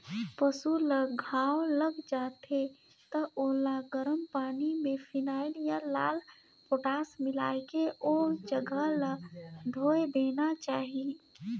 पसु ल घांव लग जाथे त ओला गरम पानी में फिनाइल या लाल पोटास मिलायके ओ जघा ल धोय देना चाही